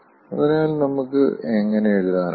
അതിനാൽ നമുക്ക് എങ്ങനെ എഴുതാനാകും